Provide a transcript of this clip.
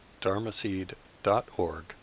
dharmaseed.org